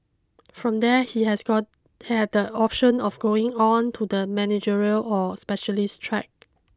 from there he has got he had the option of going on to the managerial or specialist track